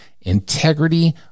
integrity